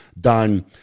done